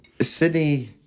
sydney